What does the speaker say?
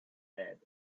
head